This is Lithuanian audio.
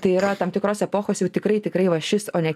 tai yra tam tikros epochos jau tikrai tikrai va šis o ne